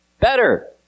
better